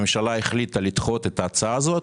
הממשלה החליטה לדחות את ההצבעה הזאת.